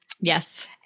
Yes